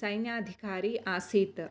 सैन्याधिकारी आसीत्